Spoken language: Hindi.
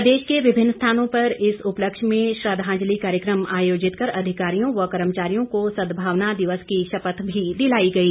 प्रदेश के विभिन्न स्थानों पर इस उपलक्ष्य में श्रद्वांजलि कार्यक्रम आयोजित कर अधिकारियों व कर्मचारियों को सद्भावना दिवस की शपथ भी दिलाई गई